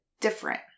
different